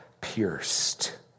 pierced